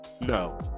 No